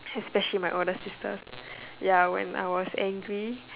especially my older sisters ya when I was angry